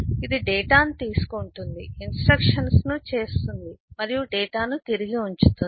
ఇది డేటాను తీసుకుంటుంది ఇన్స్ట్రక్షన్స్ ను చేస్తుంది మరియు డేటాను తిరిగి ఉంచుతుంది